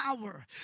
power